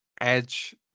Edge